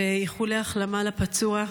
ואיחולי החלמה לפצוע.